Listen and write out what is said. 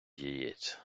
яєць